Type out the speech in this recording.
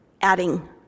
adding